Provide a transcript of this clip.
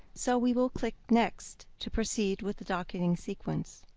so we will click next to proceed with the docketing sequence.